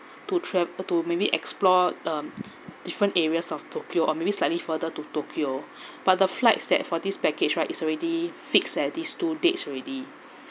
to travel to maybe explore um different areas of tokyo or maybe slightly further to tokyo but the flights that for this package right is already fixed at these two dates already